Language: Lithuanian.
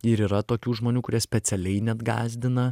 ir yra tokių žmonių kurie specialiai net gąsdina